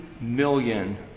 million